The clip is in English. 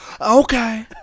okay